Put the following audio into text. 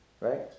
Right